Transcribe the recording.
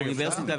אוניברסיטה.